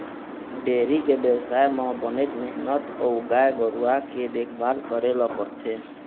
dairy के बेवसाय म बनेच मेहनत अउ गाय गरूवा के देखभाल करे ल परथे